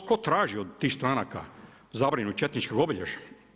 Tko traži od tih stranaka zabranu četničkih obilježja.